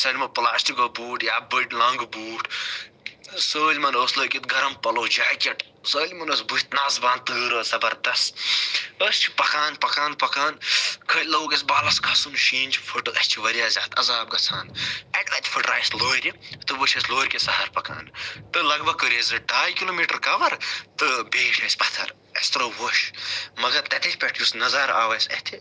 سٲلمو پلاسٹِکوٗ بوٗٹھ یا بٔڑۍ لانٛگہٕ بوٗٹھ سٲلمَن اوس لٲگِتھ گرم پلو جاکیٚٹ سٲلمَن ٲسۍ بٕتھ نس بند تۭر ٲس زبردس أسۍ چھِ پَکان پَکان پَکان لوگ اَسہِ بالَس کھَسُن شیٖن چھ فٹہٕ أسۍ چھِ واریاہ زیادٕ عذاب گَژھان اَکہِ لَٹہِ فٕٹرایہِ اَسہِ لورِ تہٕ ونۍ چھِ أسۍ لورِ کہِ سہارٕ پَکان تہٕ لگ بگ کٔرۍ اَسہِ زٕ ڈاے کلومیٖٹر کَوَر تہٕ بیٖٹھۍ أسۍ پَتھَر اَسہِ تروٚو ووٚش مگر تتہِ پیٚٹھٕ یُس نَظار آو اَسہِ اَتھِ